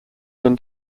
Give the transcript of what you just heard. than